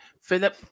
Philip